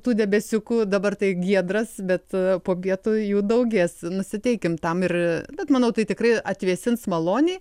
tų debesiukų dabar taip giedras bet po pietų jų daugės nusiteikim tam ir bet manau tai tikrai atvėsins maloniai